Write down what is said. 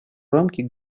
рамки